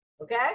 okay